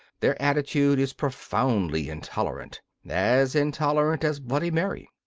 their attitude is profoundly intolerant as intolerant as bloody mary.